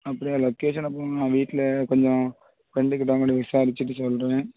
அப்படியா லொகேஷன் அனுப்புங்கள் நான் வீட்டில் கொஞ்சம் ஃப்ரெண்டுக்கிட்டே போன் பண்ணி விசாரிச்சுட்டு சொல்கிறேன்